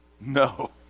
no